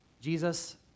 Jesus